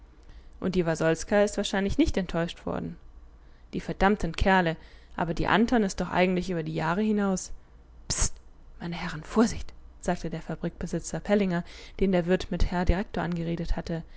und die warsolska ist wahrscheinlich nicht enttäuscht worden die verdammten kerle aber die anton ist doch eigentlich über die jahre hinaus pst meine herren vorsicht sagte der fabrikbesitzer pellinger den der wirt mit herr direktor angeredet hatte